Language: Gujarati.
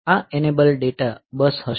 આ એનેબલ ડેટા બસ હશે